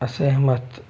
असहमत